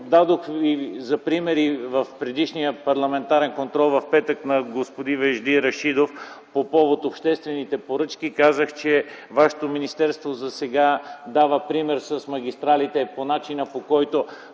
Дадох Ви за пример в предишния парламентарен контрол на господин Вежди Рашидов по повод обществените поръчки. Казах, че вашето министерство засега дава пример с магистралите по начина, по който